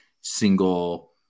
single